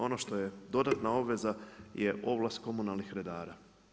Ono što je dodatna obveza je ovlast komunalnih redara.